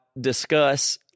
discuss